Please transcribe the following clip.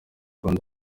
rwanda